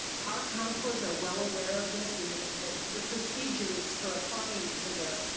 our councilors are well aware of this and the the procedures for applying for the,